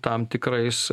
tam tikrais